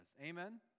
Amen